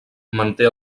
manté